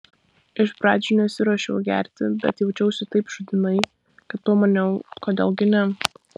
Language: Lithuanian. iš pradžių nesiruošiau gerti bet jaučiausi taip šūdinai kad pamaniau kodėl gi ne